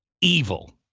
evil